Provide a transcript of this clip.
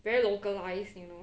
very localise you know